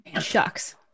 shucks